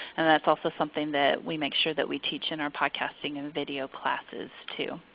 and that's also something that we make sure that we teach in our podcasting and video classes too.